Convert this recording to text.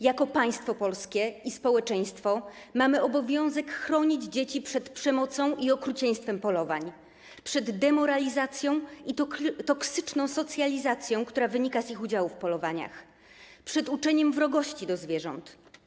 Jako państwo polskie i społeczeństwo mamy obowiązek chronić dzieci przed przemocą i okrucieństwem polowań, przed demoralizacją i toksyczną socjalizacją, która wynika z ich udziału w polowaniach, przed uczeniem wrogości do zwierząt.